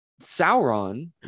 Sauron